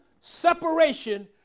separation